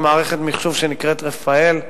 עם מערכת מחשוב שנקראת "רפאל".